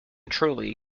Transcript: truly